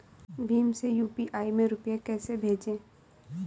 भीम से यू.पी.आई में रूपए कैसे भेजें?